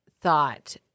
thought